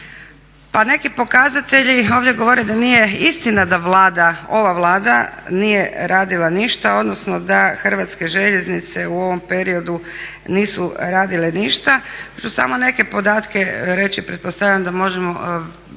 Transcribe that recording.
Pa neki pokazatelji ovdje govore da nije istina da ova Vlada nije radila ništa odnosno da Hrvatske željeznice u ovom periodu nisu radile ništa pa ću samo neke podatke reći. Pretpostavljam da možemo